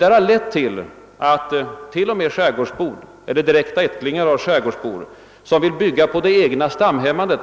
Detta har lett till att t.o.m. skärgårdsbor eller direkta ättlingar till skärgårdsbor, som vill bygga på det egna stamhemmanet,